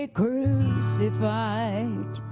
crucified